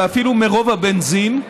ואפילו מרוב הבנזין.